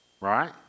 right